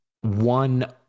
one